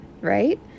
right